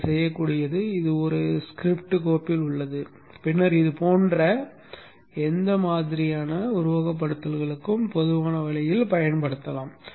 நீங்கள் செய்யக்கூடியது இதை ஒரு ஸ்கிரிப்ட் கோப்பில் வைத்து பின்னர் இதுபோன்ற எந்த மாதிரியான உருவகப்படுத்துதலுக்கும் பொதுவான வழியில் பயன்படுத்தலாம்